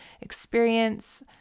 experience